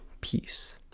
peace